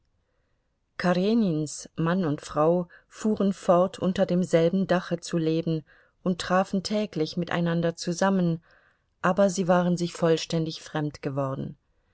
karenins mann und frau fuhren fort unter demselben dache zu leben und trafen täglich miteinander zusammen aber sie waren sich vollständig fremd geworden